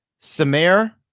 Samir